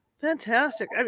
Fantastic